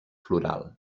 floral